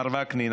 מר וקנין,